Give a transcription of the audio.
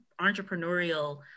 entrepreneurial